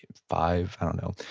five, i don't know.